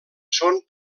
són